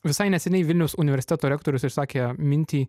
visai neseniai vilniaus universiteto rektorius išsakė mintį